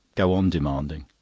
go on demanding.